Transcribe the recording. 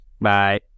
bye